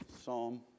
psalm